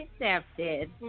accepted